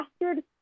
mastered